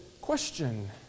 question